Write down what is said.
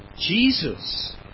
Jesus